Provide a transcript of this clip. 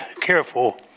careful